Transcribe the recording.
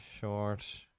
short